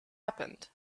happened